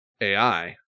AI